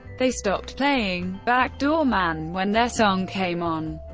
they stopped playing back door man when their song came on.